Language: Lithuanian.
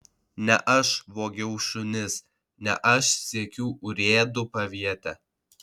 ne aš vogiau šunis ne aš siekiu urėdų paviete